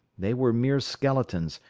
they were mere skeletons,